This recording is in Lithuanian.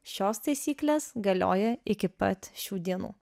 šios taisyklės galioja iki pat šių dienų